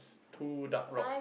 two dark rocks